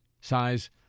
size